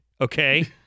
okay